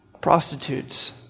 prostitutes